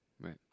Right